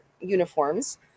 uniforms